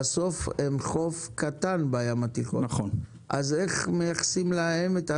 בסוף אנחנו חוף קטן בים התיכון אז איך מייחסים להם את ההשפעה?